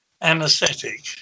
anesthetic